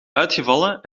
uitgevallen